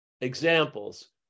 examples